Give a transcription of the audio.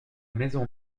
maison